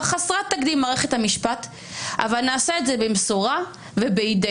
חסרת תקדים במערכת המשפט אבל נעשה את זה במסורה ובהתדיינות.